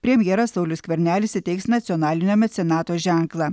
premjeras saulius skvernelis įteiks nacionalinio mecenato ženklą